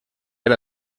era